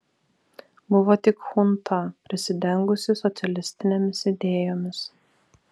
buvo tik chunta prisidengusi socialistinėmis idėjomis